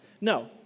No